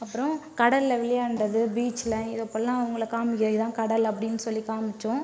அப்புறம் கடலில் விளையாண்டது பீச்சில் இதை போலல்லாம் அவங்களை காண்மிக்கறது இது தான் கடல் அப்படினு சொல்லி காண்மிச்சோம்